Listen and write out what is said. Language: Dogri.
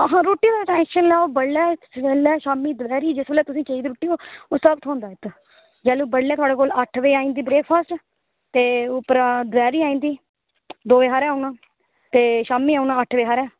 रुट्टी टेंशन निं लैओ बडलै सबेल्लै बडलै सबेल्लै शामीं जिसलै तुसें चाहिदी रूट्टी ओह् सब थ्होंदा इत्त जेल्लै बडलै थुआढ़े कोल अट्ठ बजे आई जंदी बारात ते उप्परा दपैहरीं आई जंदी दौ बजे हारे औना ते शामीं औना अट्ठ बजे हारे